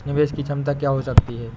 निवेश की क्षमता क्या हो सकती है?